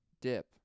dip